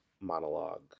monologue